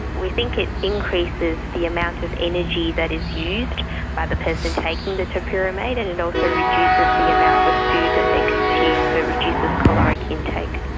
we think it increases the amount of energy that is used by the person taking the topiramate, and it also reduces the amount of food that they consume, so ah it reduces caloric intake.